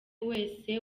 wese